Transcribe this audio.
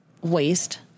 waste